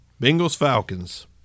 Bengals-Falcons